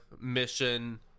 Mission